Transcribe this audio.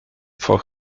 for